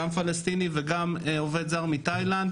גם פלסטיני וגם עובד זר מתאילנד,